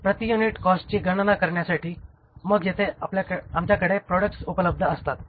प्रति युनिट कॉस्टची गणना करण्यासाठी आणि मग येथे आमच्याकडे प्रॉडक्ट्स उपलब्ध असतात